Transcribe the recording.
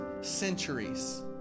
centuries